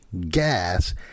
gas